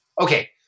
Okay